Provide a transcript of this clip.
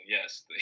Yes